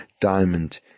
diamond